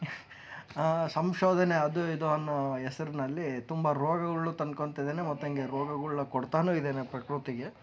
ಸಂಶೋಧನೆ ಅದು ಇದು ಅನ್ನೋ ಹೆಸರಿನಲ್ಲಿ ತುಂಬ ರೋಗಗಳನ್ನು ತಂದ್ಕೋತಿದ್ದಾನೆ ಮತ್ತು ಹೀಗೆ ರೋಗಗಳನ್ನ ಕೊಡ್ತಾನು ಇದ್ದಾನೆ ಪ್ರಕೃತಿಗೆ